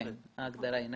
כן, ההגדרה היא נכונה.